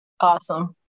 awesome